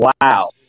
wow